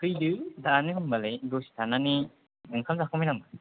फैदो दानो होमबालाय दसे थानानै ओंखाम जाखांबाय नों